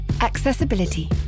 Accessibility